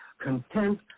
content